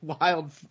wild